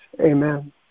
Amen